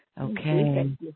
Okay